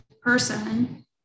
person